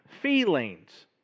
feelings